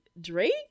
Drake